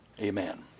amen